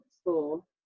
school